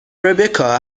rebecca